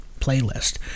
playlist